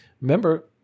Remember